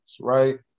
right